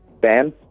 Ben